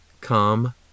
Come